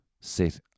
sit